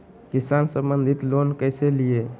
किसान संबंधित लोन कैसै लिये?